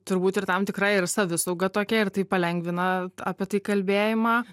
turbūt ir tam tikra ir savisauga tokia ir tai palengvina apie tai kalbėjimą